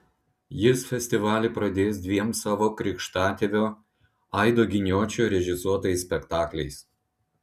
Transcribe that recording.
jis festivalį pradės dviem savo krikštatėvio aido giniočio režisuotais spektakliais